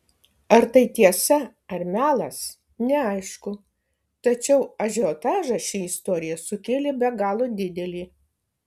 ar tai tiesa ar melas neaišku tačiau ažiotažą ši istorija sukėlė be galo didelį